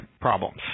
problems